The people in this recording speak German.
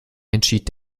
entschied